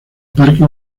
parque